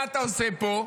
מה אתה עושה פה?